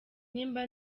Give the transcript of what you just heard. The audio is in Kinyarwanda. nimba